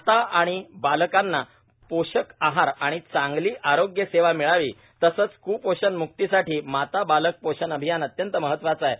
माता आणि बालकाला पोषक आहार आणि चांगली आरोग्य सेवा मिळावी तसेच क्पोषण मुक्तीसाठी माता बालक पोषण अभियान अत्यंत महत्वाचे आहे